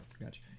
Gotcha